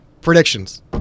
Predictions